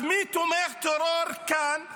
אז מי תומך טרור כאן?